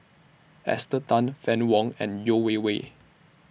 Esther Tan Fann Wong and Yeo Wei Wei